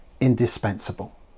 indispensable